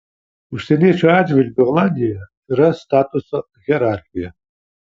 užsieniečių atžvilgiu olandijoje yra statuso hierarchija